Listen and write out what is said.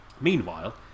Meanwhile